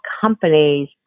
companies